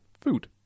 food